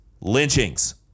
Lynchings